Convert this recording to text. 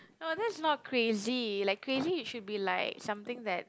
no that's not crazy like crazy you should be like something that